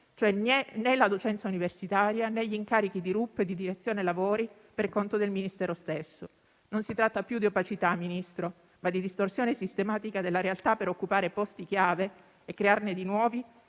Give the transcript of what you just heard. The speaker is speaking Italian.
cioè né la docenza universitaria, né gli incarichi di RUP e direzione lavori per conto del Ministero stesso. Ministro, si tratta non più di opacità, ma di distorsione sistematica della realtà per occupare posti chiave e crearne di nuovi